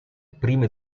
prime